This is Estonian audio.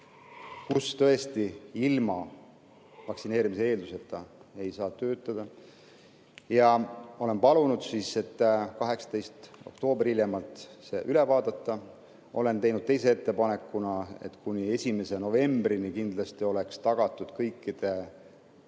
kus tõesti ilma vaktsineerimise eelduseta ei saa töötada, ja olen palunud hiljemalt 18. oktoobril see üle vaadata. Olen teinud teise ettepaneku, et kuni 1. novembrini kindlasti oleks tagatud kõikide testimine